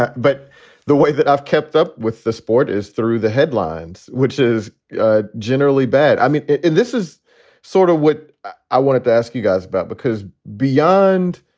but the way that i've kept up with the sport is through the headlines, which is generally bad. i mean, and this is sort of what i wanted to ask you guys about, because beyond,